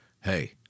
Hey